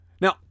Now